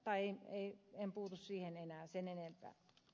tai en puutu siihen enää sen enempää